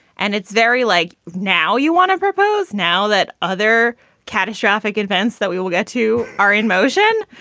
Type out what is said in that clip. and it's very like now you want to propose now that other catastrophic events that we will get to our in motion.